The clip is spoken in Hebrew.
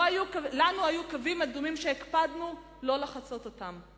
לנו היו קווים אדומים שהקפדנו שלא לחצות אותם.